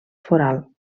foral